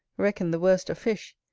reckoned the worst of fish,